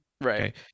right